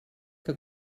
que